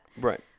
Right